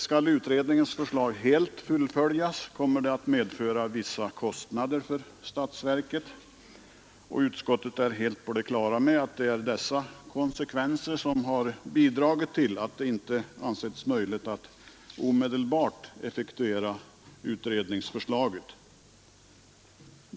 Skall utredningens förslag helt fullföljas kommer det att medföra vissa kostnader för statsverket, och utskottet är helt på det klara med att det är detta som gjort att det inte ansetts möjligt att omedelbart effektuera utredningsförslaget.